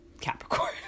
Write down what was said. Capricorn